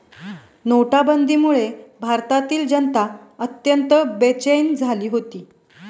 नोटाबंदीमुळे भारतातील जनता अत्यंत बेचैन झाली होती